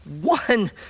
one